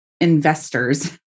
investors